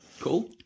Cool